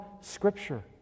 scripture